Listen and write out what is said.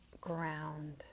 ground